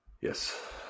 Yes